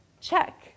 check